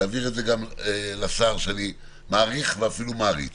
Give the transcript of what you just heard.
ותעביר את זה גם לשר שאני מעריך ואפילו מעריץ